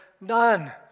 none